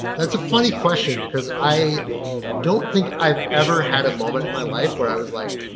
that's a funny question, because i don't think i've ever had a moment in my life where i was like,